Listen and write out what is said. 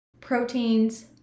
proteins